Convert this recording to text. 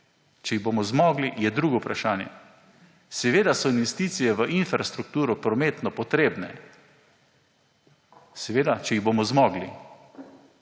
če jih bomo zmogli, je drugo vprašanje. Seveda so investicije v infrastrukturo, prometno, potrebne. Seveda, če jih bomo zmogli.